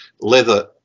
leather